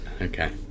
okay